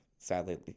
sadly